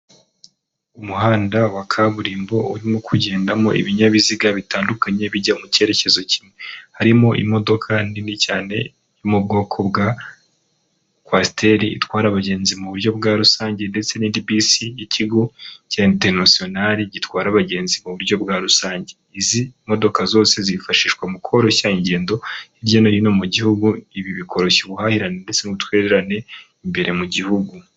Umuhanda wa kaburimbo urimo kugendamo ibinyabiziga bitandukanye bijya mu cyerekezo kimwe, harimo imodoka nini cyane yo mu bwoko bwa kwasiteri itwara abagenzi mu buryo bwa rusange ndetse n'indi bisi y'ikigo cya interinasiyonari gitwara abagenzi mu buryo bwa rusange, izi modoka zose zifashishwa mu koroshya ingendo hirya no hino mu gihugu, ibi bikoroshya ubuhahirane ndetse n'ubutwererane imbere mu gihugu.